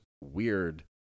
weird